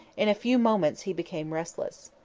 in a few moments he became restless.